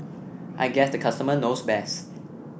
I guess the customer knows best